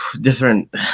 different